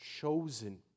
chosen